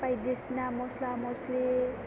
बायदिसिना मस्ला मस्लि